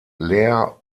lehr